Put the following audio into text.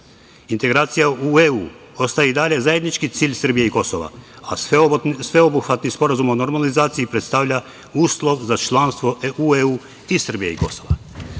dijalogu. Integracija u EU ostaje i dalje zajednički cilj Srbije i Kosova, a sveobuhvatni Sporazum o normalizaciji predstavlja uslov za članstvo u EU i Srbije i Kosova.